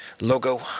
logo